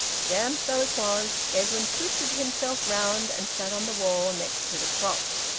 damp though it was, edwin twisted himself round and sat on the wall next to the crocks,